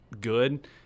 good